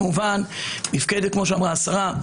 כמו שאמרה השרה,